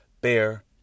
bear